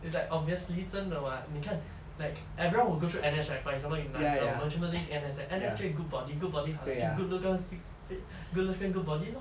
it's like obviously 真的 [what] 你看 like everyone will go through N_S right like for example 你拿着我们全部进 N_S_F N_S 就会 good body good body 好了就会 good looks lor see good looks good body lor